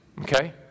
Okay